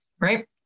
right